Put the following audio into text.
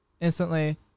instantly